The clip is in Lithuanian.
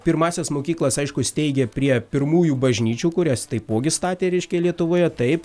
pirmąsias mokyklas aišku steigė prie pirmųjų bažnyčių kurias taipogi statė reiškia lietuvoje taip